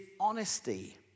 honesty